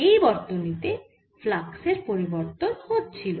এই বর্তনী তে ফ্লাক্স এর পরিবর্তন হচ্ছিল